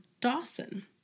Dawson